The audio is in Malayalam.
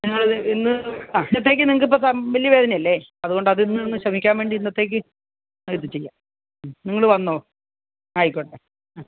നിങ്ങൾ ഇന്ന് ആ ഇന്നത്തേക്ക് നിങ്ങക്കിപ്പോൾ വലിയ വേദനയല്ലേ അതു കൊണ്ട് അതൊന്നു ഒന്ന് ശമിക്കാൻ വേണ്ടി ഇന്നത്തേക്ക് അതു ചെയ്യാം നിങ്ങൾ വന്നോ ആയിക്കോട്ടെ ആ